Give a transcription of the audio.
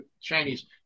Chinese